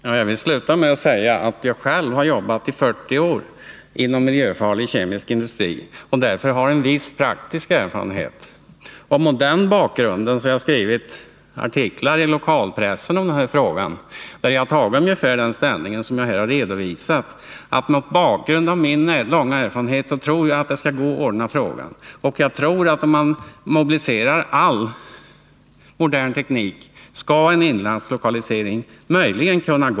Herr talman! Jag vill sluta med att säga att jag själv har jobbat i 40 år inom miljöfarlig kemisk industri och därför har en viss praktisk erfarenhet. Mot den bakgrunden har jag skrivit artiklar i lokalpressen om den här frågan, där jag har tagit ställning ungefär på det sätt som jag här har redovisat. Jag tror att det skall gå att ordna frågan, och jag tror att om man mobiliserar all modern teknik skall det möjligen kunna gå med en inlandslokalisering.